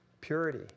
purity